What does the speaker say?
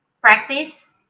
practice